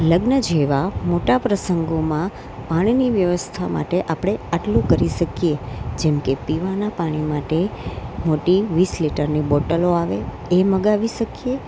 લગ્ન જેવા મોટા પ્રસંગોમાં પાણીની વ્યવસ્થા માટે આપણે આટલું કરી શકીએ જેમકે પીવાના પાણી માટે મોટી વીસ લીટરોની બોટલો આવે એ મંગાવી શકીએ